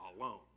alone